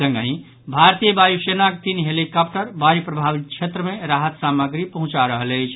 संगहि भारतीय वायुसेनाक तीन हेलिकॉप्टर बाढ़ि प्रभावित क्षेत्र मे राहत सामग्री पहुंचा रहल अछि